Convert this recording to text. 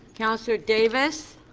councillor davis?